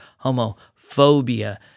homophobia